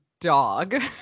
dog